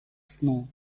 snow